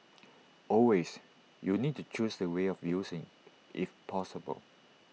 always you need to choose the way of using if possible